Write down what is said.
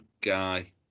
guy